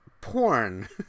porn